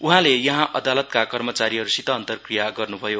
उहाँले यहाँ अदालतका कर्मचारिहरूसित अन्तरक्रिया गर्नुभयो